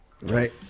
right